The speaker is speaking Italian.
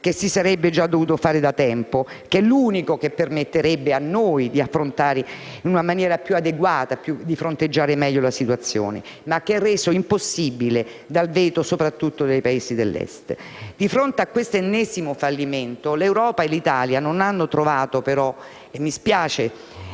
che si sarebbe già dovuto fare da tempo, perché è l'unico che ci permetterebbe di affrontare in maniera più adeguata e di fronteggiare meglio la situazione, ma che è reso impossibile soprattutto dal veto dei Paesi dell'Est. Di fronte a questo ennesimo fallimento politico, alla fine l'Europa e l'Italia non hanno trovato - e mi spiace